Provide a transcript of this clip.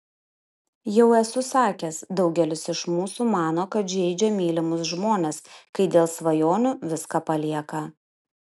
jau esu sakęs daugelis iš mūsų mano kad žeidžia mylimus žmones kai dėl svajonių viską palieka